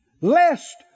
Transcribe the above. Lest